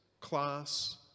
class